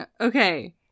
Okay